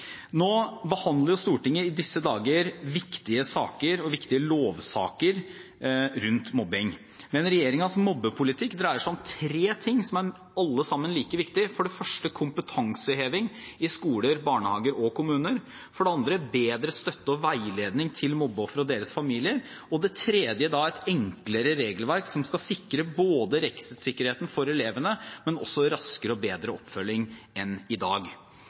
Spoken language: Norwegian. disse dager viktige saker og viktige lovsaker rundt mobbing, men regjeringens mobbepolitikk dreier seg om tre ting som alle sammen er like viktige. For det første: kompetanseheving i skoler, barnehager og kommuner, for det andre: bedre støtte og veiledning til mobbeofre og deres familier, og for det tredje: et enklere regelverk som skal sikre både rettssikkerheten for elevene og raskere og bedre oppfølging enn i dag.